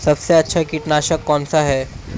सबसे अच्छा कीटनाशक कौनसा है?